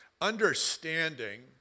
understanding